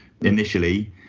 initially